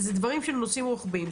זה נושאים רוחביים.